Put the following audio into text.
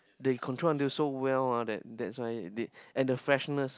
they control until so well ah that that's why they and the freshness